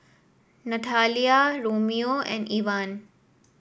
Nathalia Romeo and Evan